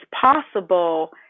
possible